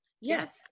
Yes